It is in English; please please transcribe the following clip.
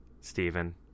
Stephen